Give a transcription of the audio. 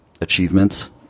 achievements